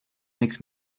makes